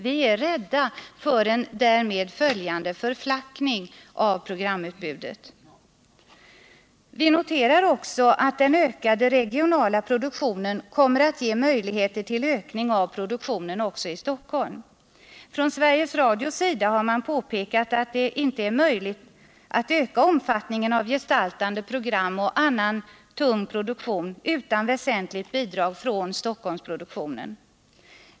Vi är rädda för en därmed följande förflackning av programutbudet. Vi noterar också att den ökade regionala produktionen kommer att ge möjligheter till ökningar av produktionen också i Stockholm. Från Sveriges Radios sida har man påpekat att det inte är möjligt att öka omfattningen av gestaltande program och annan tung produktion utan väsentligt bidrag från Stockholmsproduktionen.